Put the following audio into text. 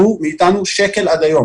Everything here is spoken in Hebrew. ולומר שהן לא גבו מאתנו שקל עד היום